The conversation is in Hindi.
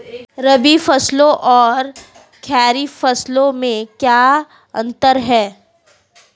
रबी फसलों और खरीफ फसलों में क्या अंतर है?